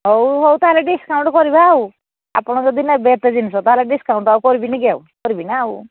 ହଉ ହଉ ତା'ହେଲେ ଡିସକାଉଣ୍ଟ କରିବା ଆଉ ଆପଣ ଯଦି ନେବେ ଏତେ ଜିନିଷ ତା'ହେଲେ ଡିସକାଉଣ୍ଟ ଆଉ କରିବିନି କି ଆଉ କରିବିନା ଆଉ